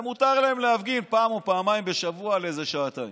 ומותר להם להפגין פעם או פעמיים בשבוע לאיזה שעתיים.